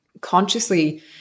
consciously